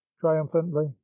triumphantly